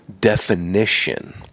definition